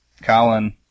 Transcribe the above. Colin